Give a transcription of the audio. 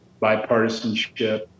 bipartisanship